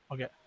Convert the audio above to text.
Okay